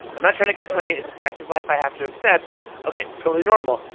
i'm not trying to complain. it's a fact of life i have to accept ok totally normal.